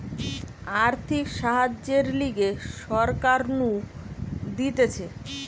আর্থিক সাহায্যের লিগে সরকার নু দিতেছে